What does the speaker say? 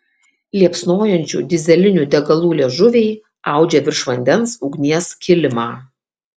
liepsnojančių dyzelinių degalų liežuviai audžia virš vandens ugnies kilimą